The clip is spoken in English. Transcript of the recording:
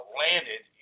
landed